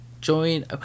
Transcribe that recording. join